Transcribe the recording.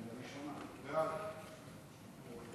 ההצעה להעביר את הנושא